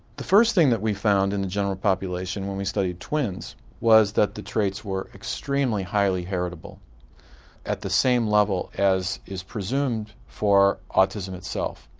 the first thing that we found in the general population when we studied twins was that the traits were extremely highly heritable at the same level as is presumed for autism itself.